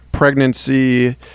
Pregnancy